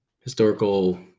historical